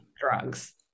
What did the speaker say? drugs